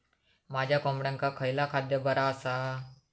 माझ्या कोंबड्यांका खयला खाद्य बरा आसा?